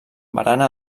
barana